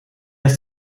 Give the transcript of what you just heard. ist